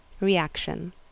Reaction